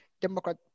democrat